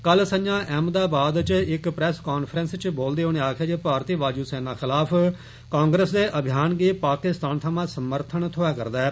कल संजा अहमदबाद च इक प्रैस कांफ्रैंस च बोलदे होई उनें आक्खेआ जे भारती वायु सेना खिलाफ कांग्रेस दे अभियान गी पाकिस्तान थमां समर्थन थ्होऐ करदा ऐ